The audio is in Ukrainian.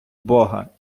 бога